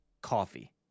coffee